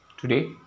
today